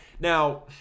Now